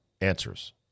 Answers